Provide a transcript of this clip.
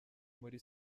muri